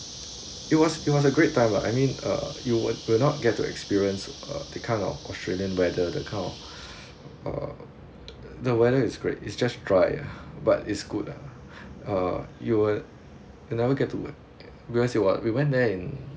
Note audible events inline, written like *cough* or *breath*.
it was it was a great time lah I mean uh you would will not get to experience uh that kind of australian weather that kind of *breath* uh the weather is great it's just dry yeah but it's good lah uh you will you never get to work because you we went there in